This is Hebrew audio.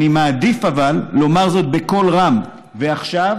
אבל אני מעדיף לומר זאת בקול רם ועכשיו,